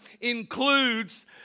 includes